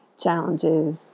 challenges